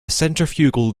centrifugal